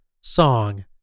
song